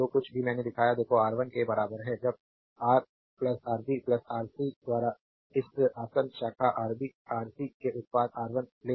जो कुछ भी मैंने दिखाया देखो R1 के बराबर है जब रा आरबी आर सी द्वारा इस आसन्न शाखा आरबी आर सी के R1 उत्पाद ले